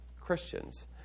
Christians